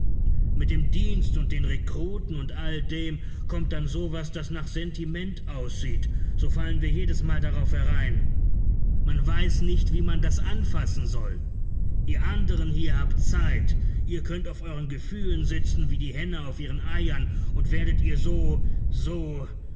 mit dem dienst und den rekruten und alldem kommt dann so was das nach sentiment aussieht so fallen wir jedesmal darauf herein man weiß nicht wie man das anfassen soll ihr anderen hier habt zeit ihr könnt auf euren gefühlen sitzen wie die henne auf ihren eiern und werdet ihr so so